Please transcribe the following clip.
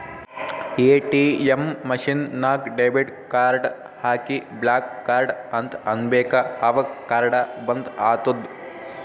ATM machine ನಾಗ್ debit card ಹಾಕಿ block card ಅಂತ್ ಅನ್ಬೇಕ ಅವಗ್ ಕಾರ್ಡ ಬಂದ್ ಆತ್ತುದ್